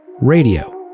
Radio